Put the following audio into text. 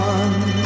one